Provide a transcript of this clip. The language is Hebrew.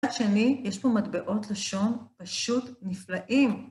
השני, יש פה מטבעות לשון פשוט נפלאים.